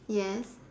yes